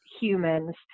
humans